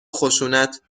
خشونت